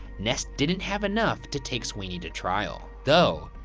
ness didn't have enough to take sweeney to trial. though,